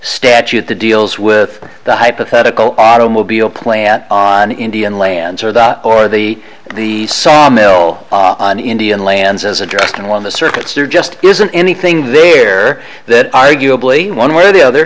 statute that deals with the hypothetical automobile plant on indian lands or the or the the sawmill on indian lands as addressed and on the surface there just isn't anything there that arguably one way or the other